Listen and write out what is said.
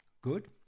Good